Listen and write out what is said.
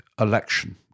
election